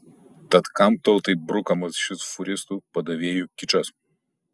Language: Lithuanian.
tad kam tautai brukamas šis fūristų padavėjų kičas